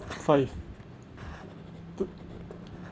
five two